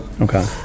Okay